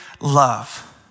love